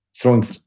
throwing